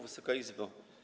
Wysoka Izbo!